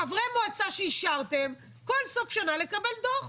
חברי מועצה שאישרתם, כל סוף שנה לקבל דוח.